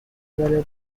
بالا